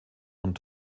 und